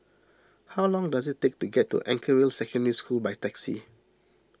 how long does it take to get to Anchorvale Secondary School by taxi